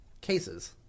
cases